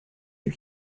you